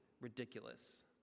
ridiculous